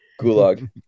Gulag